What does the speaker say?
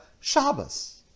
Shabbos